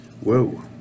whoa